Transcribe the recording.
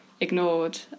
ignored